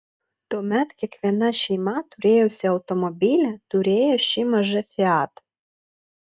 tuomet kiekviena šeima turėjusi automobilį turėjo šį mažą fiat